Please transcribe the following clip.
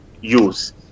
use